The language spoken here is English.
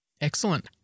Excellent